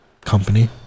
company